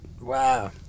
Wow